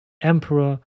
Emperor